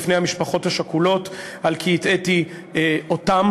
בפני המשפחות השכולות על כי הטעיתי אותן,